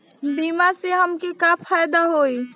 बीमा से हमके का फायदा होई?